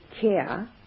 care